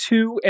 Two